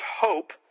Hope